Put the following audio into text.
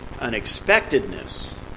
unexpectedness